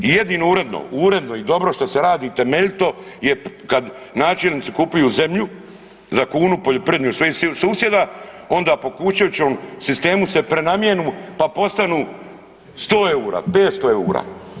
I jedino uredno, uredno i dobro što se radi temeljito je kad načelnici kupuju zemlju za kunu poljoprivrednu od svojih susjeda onda po Kuščevićevom sistemu se prenamijenu, pa postanu 100 EUR-a, 500 EUR-a.